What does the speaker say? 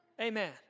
Amen